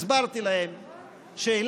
הסברתי להם שאילת,